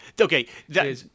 Okay